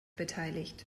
beteiligt